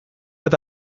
bat